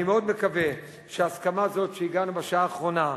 אני מאוד מקווה שההסכמה הזאת שהגענו אליה בשעה האחרונה,